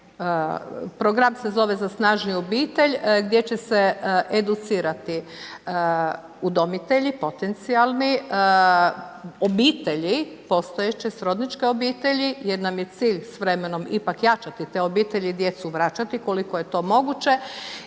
program se zove Za snažniju obitelj gdje će se educirati udomitelji, potencijalni, obitelji postojeće, srodničke obitelji jer nam cilj s vremenom ipak jačati te obitelji, djecu vraćati koliko je to moguće